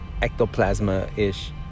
ectoplasma-ish